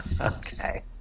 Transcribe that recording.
Okay